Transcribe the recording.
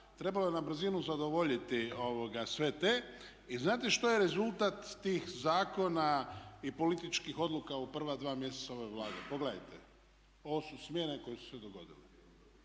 trebalo je na brzinu zadovoljiti sve te. I znate što je rezultat tih zakona i političkih odluka u prva dva mjeseca ove Vlade? Pogledajte, ovo su smjene koje su se dogodile.